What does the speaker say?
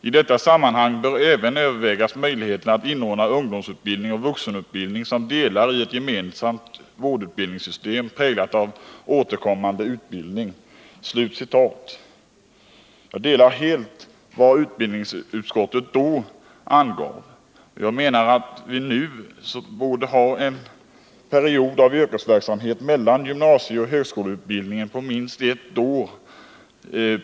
I detta sammanhang bör även övervägas möjligheterna att inordna ungdomsutbildning och vuxenutbildning som delar i ett gemensamt utbildningssystem präglat av återkommande utbildning.” Jag instämmer helt i vad utbildningsutskottet då anförde. Enligt min mening borde vi på vårdutbildningsområdet ha en period av yrkesverksamhet mellan gymnasieoch högskoleutbildningen på minst ett år.